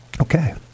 Okay